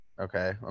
Okay